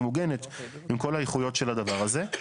ממוגנת עם כל האיכויות של הדבר הזה.